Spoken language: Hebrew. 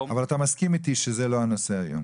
--- אבל אתה מסכים איתי שזה לא הנושא היום?